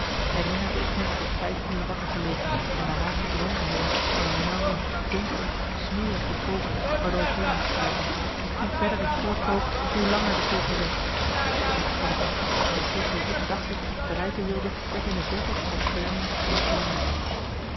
herinnerde ik me tot vijf uur wakker gelegen en daarna gedroomd te hebben van een nauwe donkere smerige koker waardoor ik heen moest kruipen hoe verder ik voortkroop hoe langer de koker werd terug kon ik niet en de cirkel wit daglicht die ik bereiken wilde werd in de verte al kleiner en kleiner